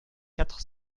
quatre